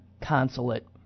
consulate